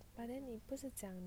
but then 你不是讲